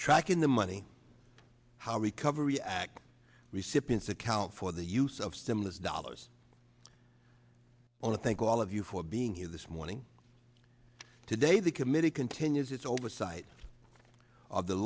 tracking the money how recovery act recipients account for the use of stimulus dollars on a thank all of you for being here this morning today the committee continues its oversight of the